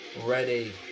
Ready